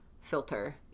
filter